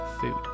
food